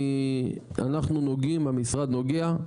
אנחנו נוגעים, המשרד נוגע,